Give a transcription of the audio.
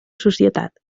societat